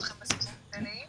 תודה,